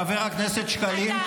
חבר הכנסת שקלים,